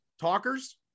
talkers